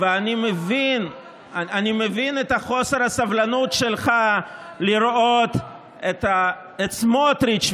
ואני מבין את חוסר הסבלנות שלך לראות את סמוטריץ'